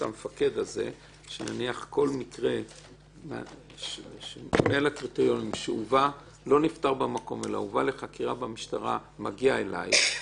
המפקד הזה שכל מקרה שלא נפתר במקום אלא הובא לחקירה במשטרה מגיע אלייך.